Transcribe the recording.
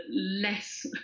less